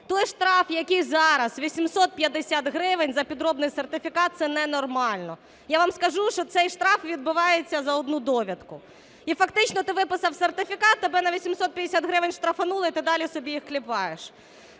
Той штраф, який зараз 850 гривень за підроблений сертифікат – це ненормально. Я вам скажу, що цей штраф відбивається за одну довідку. І фактично ти виписав сертифікат, тебе на 850 гривень штрафонули, і ти далі їх кліпаєш.